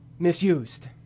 misused